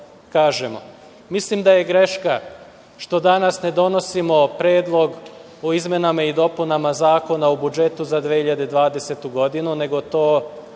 Mislim da je greška što danas ne donosimo predlog o izmenama i dopunama Zakon o budžetu za 2020. godinu, nego to